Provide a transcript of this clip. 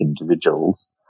individuals